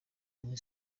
muri